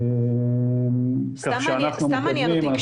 כך שאנחנו מקדמים.